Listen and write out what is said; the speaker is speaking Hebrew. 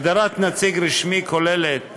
הגדרת "נציג רשמי" כוללת